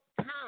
time